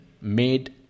made